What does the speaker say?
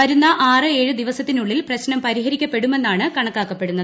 വരുന്ന ആറ് ഏഴ് ദിവസത്തിനുള്ളിൽ പ്രശ്നം പരിഹരിക്കപ്പെടുമെന്നാണ് കണക്കാക്കുന്നത്